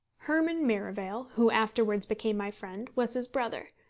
herman merivale, who afterwards became my friend, was his brother,